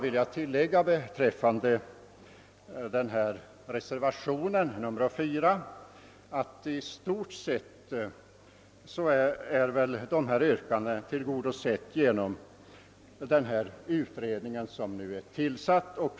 Vad beträffar reservationen 4 vill jag bara framhålla, att dess yrkanden i stort sett tillgodosetts genom den utredning som tillsatts.